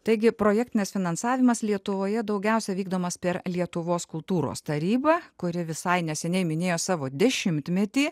taigi projektinis finansavimas lietuvoje daugiausia vykdomas per lietuvos kultūros tarybą kuri visai neseniai minėjo savo dešimtmetį